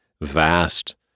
vast